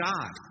God